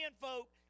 folk